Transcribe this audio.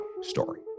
story